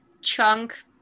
chunk